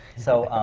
so,